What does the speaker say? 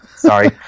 Sorry